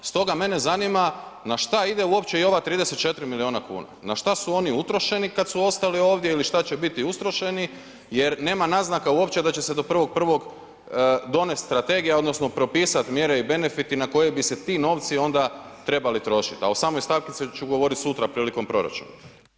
Stoga mene zanima na šta ide uopće i ova 34 milijuna kuna, na šta su oni utrošeni kada su ostali ovdje ili šta će biti utrošeni jer nema naznaka uopće da će se do 1.1. donijeti strategija, odnosno propisati mjere i benefiti na koje bi se ti novci onda trebali trošiti a o samoj stavci ću govoriti sutra prilikom proračuna.